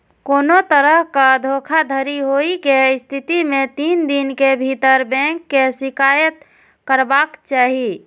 कोनो तरहक धोखाधड़ी होइ के स्थिति मे तीन दिन के भीतर बैंक के शिकायत करबाक चाही